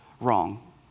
wrong